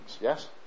yes